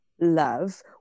love